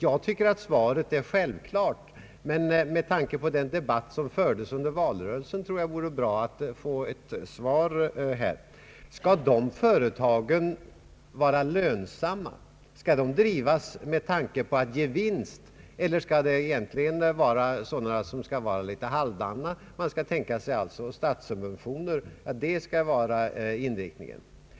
Jag tycker att svaret är självklart, men med tanke på den debatt som fördes under valrörelsen tror jag att det vore bra att få ett svar här: Skall dessa företag vara lönsamma och drivas med tanke på att ge vinst, eller skall man tänka sig statssubventioner och en liten halvdan karaktär när det gäller dessa företag?